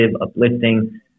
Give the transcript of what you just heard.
uplifting